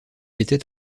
était